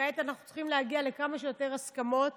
וכעת אנחנו צריכים להגיע לכמה שיותר הסכמות